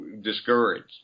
discouraged